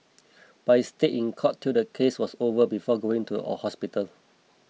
but he stayed in court till the case was over before going to a hospital